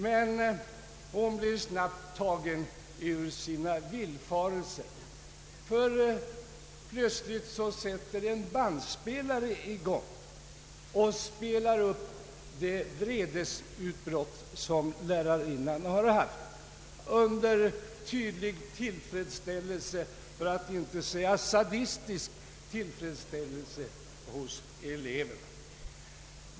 Men hon blir snabbt tagen ur sina villfarelser. Plötsligt sätter en bandspelare i gång som spelar upp det vredesutbrott som lärarinnan har haft, under tydlig, för att inte säga sadistisk tillfredsställelse hos eleverna.